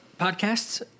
podcasts